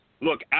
look